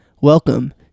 Welcome